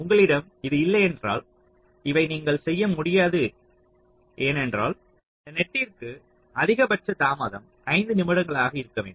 உங்களிடம் இது இல்லையென்றால் இதை நீங்கள் செய்ய முடியாது ஏன்யென்றால் இந்த நெட்டிற்கு அதிகபட்ச தாமதம் 5 நிமிடங்களாக இருக்க வேண்டும்